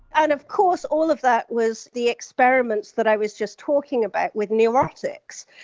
and of course, all of that was the experiments that i was just talking about with neurotics.